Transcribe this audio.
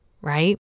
right